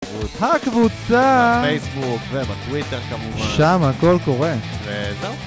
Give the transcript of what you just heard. הקבוצה! בפייסבוק ובטוויטר כמובן. שם הכל קורה. וזהו.